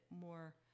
more